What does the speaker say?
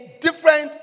different